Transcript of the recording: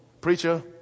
preacher